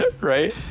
right